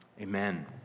amen